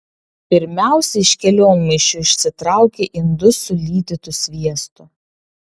pirmiausia iš kelionmaišių išsitraukia indus su lydytu sviestu